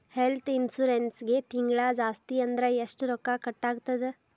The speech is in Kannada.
ಹೆಲ್ತ್ಇನ್ಸುರೆನ್ಸಿಗೆ ತಿಂಗ್ಳಾ ಜಾಸ್ತಿ ಅಂದ್ರ ಎಷ್ಟ್ ರೊಕ್ಕಾ ಕಟಾಗ್ತದ?